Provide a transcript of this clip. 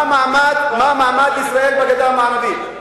מה מעמד ישראל בגדה המערבית?